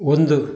ಒಂದು